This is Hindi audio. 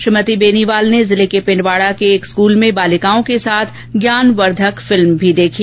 श्रीमती बेनीवाल ने जिले के पिंडवाडा के एक विद्यालय में बालिकाओं के साथ ज्ञानवर्धक फिल्म भी देखी